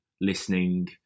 listening